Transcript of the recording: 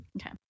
Okay